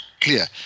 clear